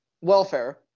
welfare